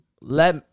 Let